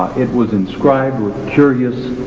it was inscribed with curious